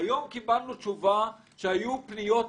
היום קיבלנו שהיו פניות